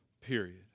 period